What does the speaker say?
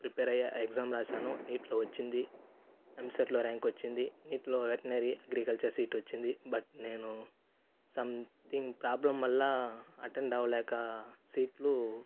prepare అయ్యి exam రాసాను నీట్లో వచ్చింది ఎంసెట్లో ర్యాంక్ వచ్చింది నీట్లో వెట్నరీ అగ్రికల్చర్ సీట్ వచ్చింది బట్ నేను సమ్థింగ్ ప్రాబ్లమ్ వల్లా అటెండ్ అవ్వలేక సీట్లు